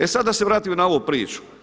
E sad da se vratim na ovu priču.